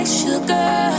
sugar